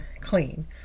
clean